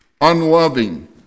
unloving